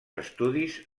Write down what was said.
estudis